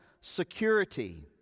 security